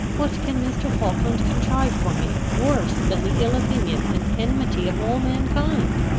what can mr. falkland contrive for me worse than the ill opinion and enmity of all mankind?